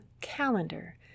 calendar